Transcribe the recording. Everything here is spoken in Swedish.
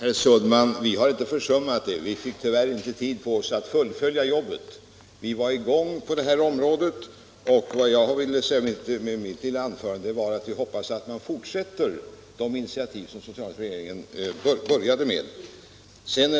Herr talman! Vi socialdemokrater har inte försummat någonting, herr Sundman, men vi fick tyvärr inte tid på oss att fullfölja jobbet. Vi var i gång på det här området, och vad jag ville säga med mitt lilla anförande var att jag hoppas att man fortsätter de initiativ som den socialdemokratiska regeringen började med.